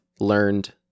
learned